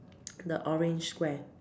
the orange Square